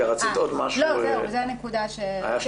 היו שתי נקודות.